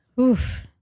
oof